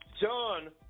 John